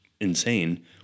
insane